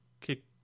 kick